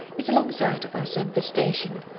is alongside of us in the station,